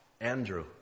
Andrew